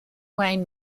wayne